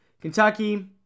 Kentucky